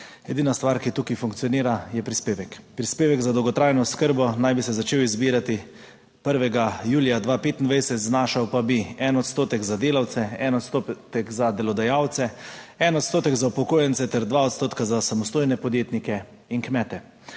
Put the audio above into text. Edina stvar, ki tukaj funkcionira, je prispevek. Prispevek za dolgotrajno oskrbo naj bi se začel zbirati 1. julija 2025, znašal pa bi 1 odstotek za delavce, 1 odstotek za delodajalce, 1 odstotek za upokojence ter 2 odstotka za samostojne podjetnike in kmete.